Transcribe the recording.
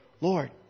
Lord